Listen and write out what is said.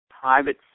private